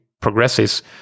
progresses